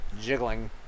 jiggling